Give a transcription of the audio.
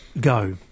go